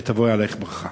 ותבוא עלייך ברכה.